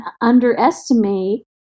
underestimate